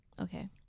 Okay